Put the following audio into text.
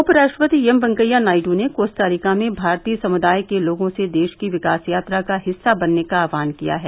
उपराष्ट्रपति एम वेंकैया नायडू ने Costa Rica में भारतीय समुदाय के लोगों से देश की विकास यात्रा का हिस्सा बनने का आह्वान किया है